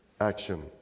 action